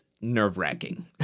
nerve-wracking